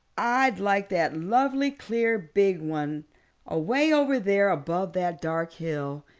i'd like that lovely clear big one away over there above that dark hill.